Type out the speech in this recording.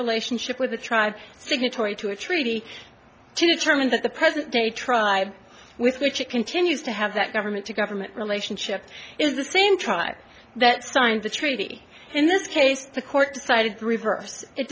relationship with a tribe signatory to a treaty to determine the present day tribe with which it continues to have that government to government relationship is the same tribe that signed the treaty in this case the court decided to reverse it